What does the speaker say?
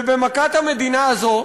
ובמכת המדינה הזאת,